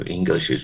English